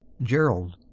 gerald.